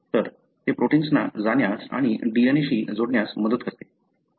तर ते प्रोटिन्सना जाण्यास आणि DNA शी जोडण्यास मदत करते